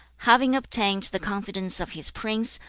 having obtained the confidence of his prince,